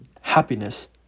happiness